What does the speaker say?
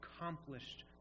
accomplished